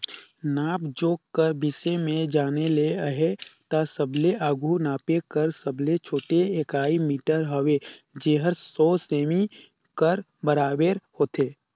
नाप जोख कर बिसे में जाने ले अहे ता सबले आघु नापे कर सबले छोटे इकाई मीटर हवे जेहर सौ सेमी कर बराबेर होथे